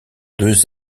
deux